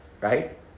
Right